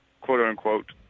quote-unquote